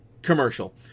Commercial